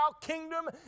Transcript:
kingdom